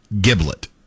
Giblet